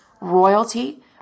royalty